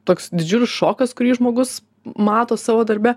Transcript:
toks didžiulis šokas kurį žmogus mato savo darbe